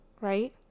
Right